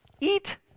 Eat